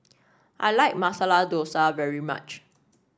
I like Masala Dosa very much